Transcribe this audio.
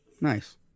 Nice